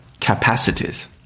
capacities